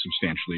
substantially